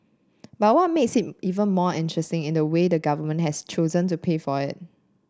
but what makes it even more interesting is the way the government has chosen to pay for it